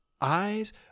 eyes